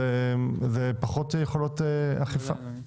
זה אומר פחות יכולות אכיפה.